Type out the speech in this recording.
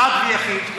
אחד ויחיד,